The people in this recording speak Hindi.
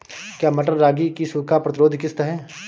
क्या मटर रागी की सूखा प्रतिरोध किश्त है?